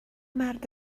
مرد